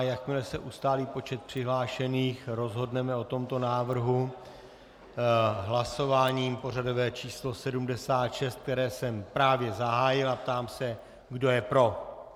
Jakmile se ustálí počet přihlášených, rozhodneme o tomto návrhu hlasováním pořadové číslo 76, které jsem právě zahájil, a ptám se, kdo je pro.